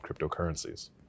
cryptocurrencies